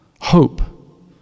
hope